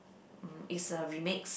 mm it's a remix